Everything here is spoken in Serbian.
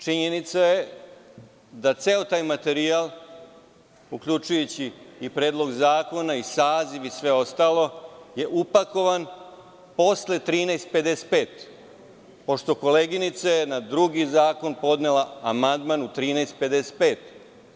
Činjenica je da ceo taj materijal, uključujući i Predlog zakona, saziv i sve ostalo, je upakovan posle 13.55 časova, pošto je koleginica na drugi zakon podnela amandman u 13.55 časova.